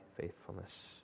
faithfulness